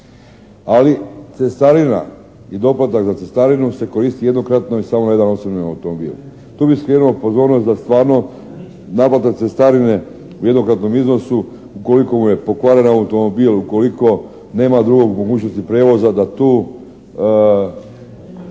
ali cestarina i doplatak za cestarinu se koristi jednokratno i samo na jedan osobni automobil. Tu bih skrenuo pozornost da stvarno naplata cestarine u jednokratnom iznosu ukoliko mu je pokvaren automobil, ukoliko nema drugog mogućnosti prijevoza da tu